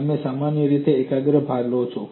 તમે સામાન્ય રીતે એકાગ્ર ભાર લો છો